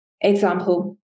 example